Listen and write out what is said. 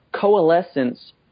coalescence